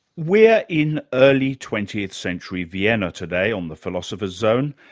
we're in early twentieth century vienna today, on the philosopher's zone,